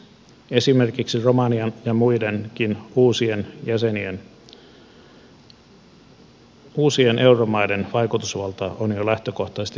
esimerkiksi romanian ja muidenkin uusien euromaiden vaikutusvalta on jo lähtökohtaisesti suurempi